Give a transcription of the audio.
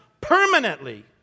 permanently